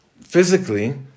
physically